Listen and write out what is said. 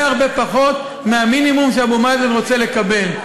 הרבה פחות מהמינימום שאבו מאזן רוצה לקבל.